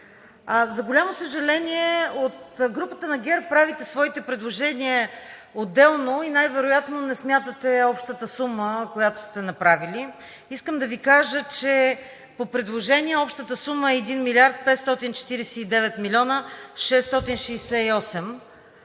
За голямо съжаление, от групата на ГЕРБ правите своите предложения отделно и най-вероятно не смятате общата сума, която сте направили. Искам да Ви кажа, че по предложения общата сума е 1 млрд. 549 млн. 668 лв.,